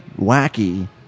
wacky